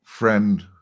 Friend